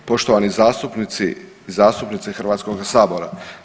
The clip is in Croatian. Poštovani zastupnici, zastupnice Hrvatskog sabora.